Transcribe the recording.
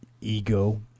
ego